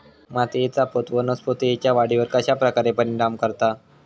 मातीएचा पोत वनस्पतींएच्या वाढीवर कश्या प्रकारे परिणाम करता?